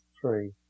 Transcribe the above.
three